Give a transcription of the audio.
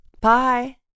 Bye